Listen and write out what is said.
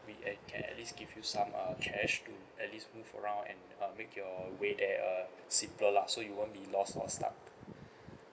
we at can at least give you some uh cash to at least move around and uh make your way there uh simple lah so you won't be lost or stuck